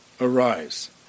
arise